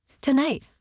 Tonight